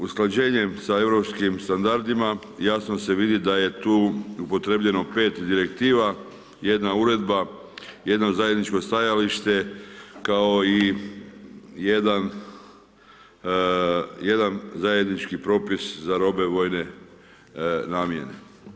Usklađenjem sa europskim standardima jasno se vidi, da je tu upotrjebljeno 5 direktiva, jedna uredba, jedno zajedničko stajalište, kao i jedan zajednički propis za robe vojne namjene.